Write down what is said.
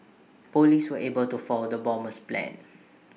Police were able to foil the bomber's plans